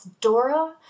Dora